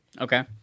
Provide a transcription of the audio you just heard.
Okay